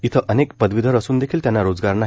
इथं अनेक पदवीधर असून देखील त्यांना रोजगार नाही